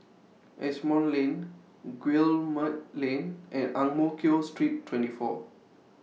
Asimont Lane Guillemard Lane and Ang Mo Kio Street twenty four